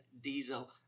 Diesel